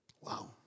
Wow